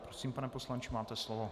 Prosím, pane poslanče, máte slovo.